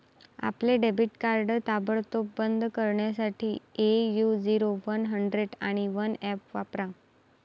आपले debit card ताबडतोब बंद करण्यासाठी ए.यू झिरो वन हंड्रेड आणि वन ऍप वापरा